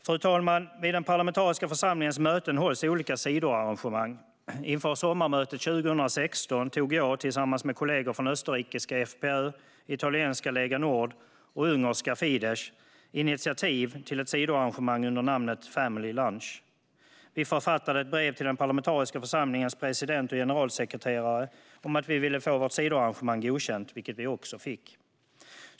Fru talman! Vid den parlamentariska församlingens möten hålls olika sidoarrangemang. Inför sommarmötet 2016 tog jag, tillsammans med kollegor från österrikiska FPÖ, italienska Lega Nord och ungerska Fidesz, initiativ till ett sidoarrangemang under namnet Family Lunch. Vi författade ett brev till den parlamentariska församlingens president och generalsekreterare om att vi ville få vårt sidoarrangemang godkänt, vilket vi också fick.